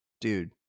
Dude